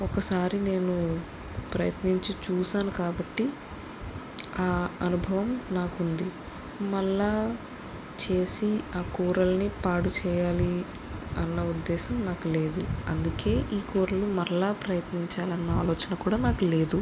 ఒకసారి నేను ప్రయత్నించి చూశాను కాబట్టి ఆ అనుభవం నాకుంది మళ్ళా చేసి ఆ కూరల్ని పాడుచేయాలి అన్న ఉద్దేశం నాకు లేదు అందుకే ఈ కూరలు మళ్ళీ ప్రయత్నించాలని ఆలోచన కూడా నాకు లేదు